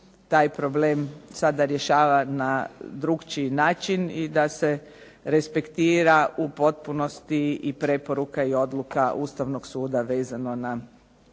taj problem sada rješava na drukčiji način i da se respektira u potpunosti i preporuka i odluka Ustavnog suda vezano na